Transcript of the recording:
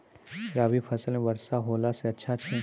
रवी फसल म वर्षा होला से अच्छा छै?